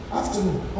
afternoon